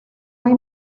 hay